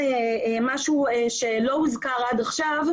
ויעל תפרט על זה.